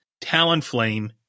Talonflame